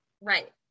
Right